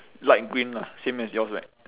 light green lah same as yours right